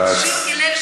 שלך,